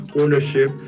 ownership